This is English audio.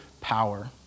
power